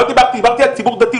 דיברתי על ציבור דתי,